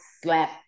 slap